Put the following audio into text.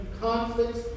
conflicts